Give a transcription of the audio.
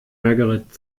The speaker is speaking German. margaret